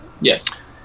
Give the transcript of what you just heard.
Yes